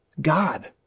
God